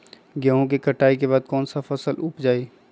गेंहू के कटाई के बाद कौन सा फसल उप जाए?